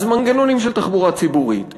אז מנגנונים של תחבורה ציבורית,